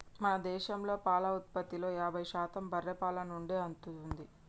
మన దేశంలో పాల ఉత్పత్తిలో యాభై శాతం బర్రే పాల నుండే అత్తుంది